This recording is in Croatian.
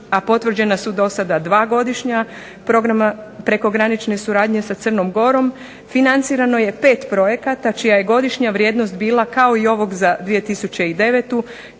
a potvrđena su do sada dva godišnja programa prekogranične suradnje sa Crnom Gorom, financirano je 5 projekata čija je godišnja vrijednost bila kao i ovog za 2009.